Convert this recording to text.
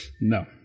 No